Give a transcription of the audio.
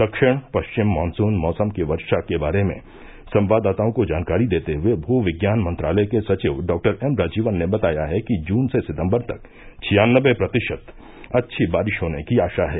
दक्षिण पश्चिम मॉनसून मौसम की वर्षा के बारे में संवाददाताओं को जानकारी देते हुए भूविज्ञान मंत्रालय के सचिव डॉ एमराजीवन ने बताया है कि जून से सितम्बर तक छियान्नवे प्रतिशत अच्छी बारिश होने की आशा है